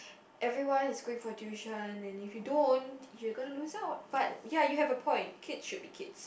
everyone is going for tuition and if you don't you're gonna lose out but ya you have a point kids should be kids